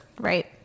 Right